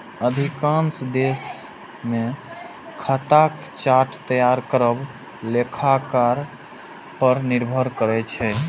अधिकांश देश मे खाताक चार्ट तैयार करब लेखाकार पर निर्भर करै छै